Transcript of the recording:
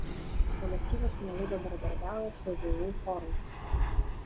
kolektyvas mielai bendradarbiauja su vu chorais